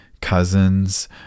cousins